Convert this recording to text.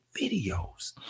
videos